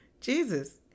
Jesus